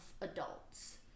adults